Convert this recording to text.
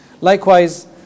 Likewise